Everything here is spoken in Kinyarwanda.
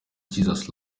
jesus